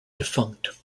defunct